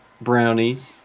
brownie